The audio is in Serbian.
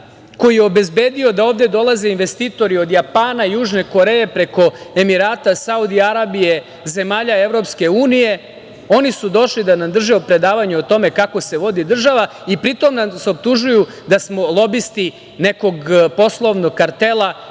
koji je obezbedio da ovde dolaze investitori od Japana, Južne Koreje, preko Emirata, Saudijske Arabije, zemalja Evropske unije. Oni su došli da nam drže predavanje o tome kako se vodi država i pritom nas optužuju da smo lobisti nekog poslovnog kartela